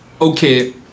okay